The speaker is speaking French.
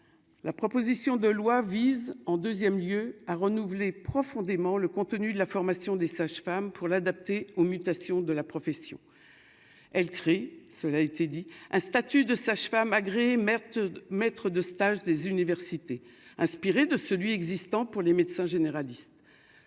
la proposition de loi vise en 2ème lieu à renouveler profondément le contenu de la formation des sages-femmes pour l'adapter aux mutations de la profession, elle crie, cela a été dit à statut de sage-femme agréée mère maître de stage, des universités, inspiré de celui existant pour les médecins généralistes,